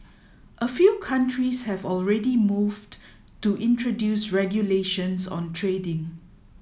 a few countries have already moved to introduce regulations on trading